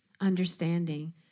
understanding